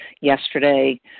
yesterday